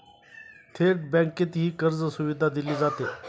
थेट बँकेतही कर्जसुविधा दिली जाते